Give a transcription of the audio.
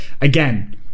Again